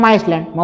Iceland